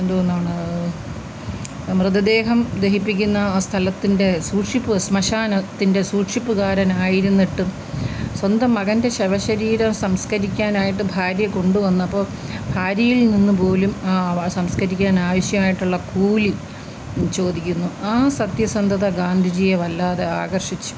എന്തോന്നാണ് മൃതദേഹം ദഹിപ്പിക്കുന്ന ആ സ്ഥലത്തിൻ്റെ സൂക്ഷിപ്പ് ശ്മശാനത്തിൻ്റെ സൂക്ഷിപ്പ്കാരനായിരുന്നിട്ടും സ്വന്തം മകൻ്റെ ശവ ശരീരം സംസ്ക്കരിക്കാനായിട്ട് ഭാര്യ കൊണ്ട് വന്നപ്പോൾ ഭാര്യയിൽ നിന്ന് പോലും ആ സംസ്കരിക്കാനാവശ്യമായിട്ടുള്ള കൂലി ചോദിക്കുന്നു ആ സത്യസന്ധത ഗാന്ധിജിയെ വല്ലാതെ ആകർഷിച്ചു